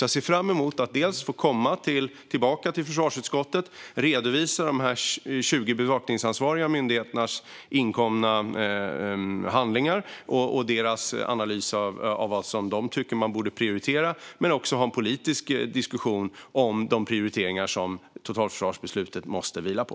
Jag ser fram emot att dels få komma tillbaka till försvarsutskottet och redovisa de 20 bevakningsansvariga myndigheternas inkomna handlingar och deras analys av vad de tycker att man borde prioritera, dels att ha en politisk diskussion om de prioriteringar som totalförsvarsbeslutet måste vila på.